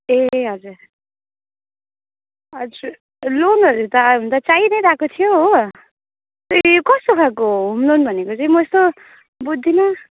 ए हजुर हजुर लोनहरू त हुन त चाही नै रहेको थियो हो कस्तो खालको होम लोन भनेको चाहिँ म यस्तो बुझ्दिनँ